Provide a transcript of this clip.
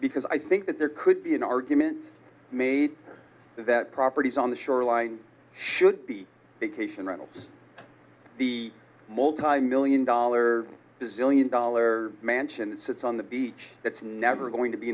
because i think that there could be an argument made that properties on the shoreline should be the multimillion dollar billion dollar mansion that sits on the beach it's never going to be